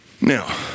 Now